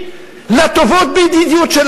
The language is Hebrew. באמצעות היח"צנים